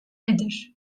nedir